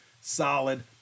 solid